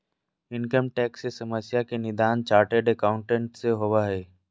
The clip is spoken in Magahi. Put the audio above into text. इनकम टैक्स से समस्या के निदान चार्टेड एकाउंट से होबो हइ